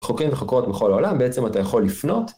חוקרים וחוקרות מכל העולם, בעצם אתה יכול לפנות.